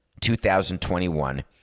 2021